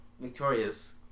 Victorious